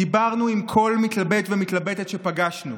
דיברו עם כל מתלבט ומתלבטת שפגשנו.